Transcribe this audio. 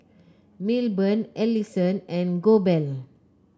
Milburn Ellison and Goebel